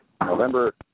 November